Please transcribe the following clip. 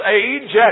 age